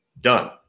done